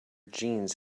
jeans